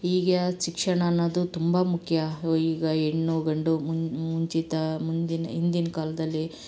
ಈಗ ಶಿಕ್ಷಣ ಅನ್ನೋದು ತುಂಬ ಮುಖ್ಯ ಈಗ ಹೆಣ್ಣು ಗಂಡು ಮುಂಚಿತ ಮುಂದಿನ ಹಿಂದಿನ ಕಾಲದಲ್ಲಿ